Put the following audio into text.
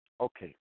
Okay